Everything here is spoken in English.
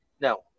No